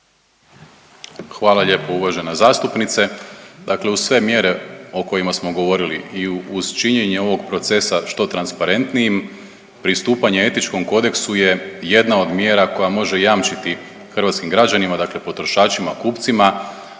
Hvala lijepo uvažena zastupnice. Dakle, uz sve mjere o kojima smo govorili i uz činjenje ovog procesa što transparentnijim pristupanje etičkom kodeksu je jedna od mjera koja može jamčiti hrvatskim građanima, dakle potrošačima, kupcima